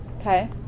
Okay